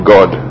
God